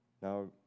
Now